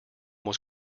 was